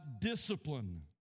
discipline